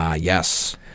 Yes